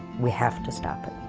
we have to stop it.